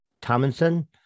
Tomlinson